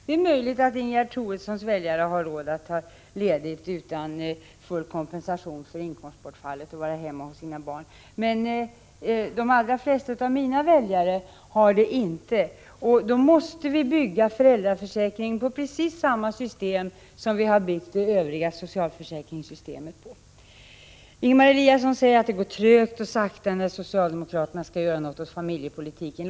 Det är möjligt att Ingegerd Troedssons väljare har råd att ta ledigt utan full kompensation för inkomstbortfallet och vara hemma hos sina barn, men de allra flesta av mina väljare har det inte. Då måste vi bygga föräldraförsäkringen på precis samma system som vi har byggt det övriga socialförsäkringssystemet på. Ingemar Eliasson säger att det går trögt och sakta när socialdemokraterna skall göra något åt familjepolitiken.